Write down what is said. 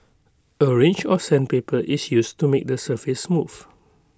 A range of sandpaper is used to make the surface smooth